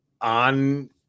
on